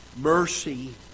mercy